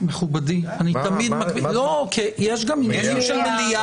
מכובדי, אני תמיד מקפיד, יש גם עניינים של מליאה,